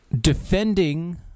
defending